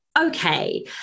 Okay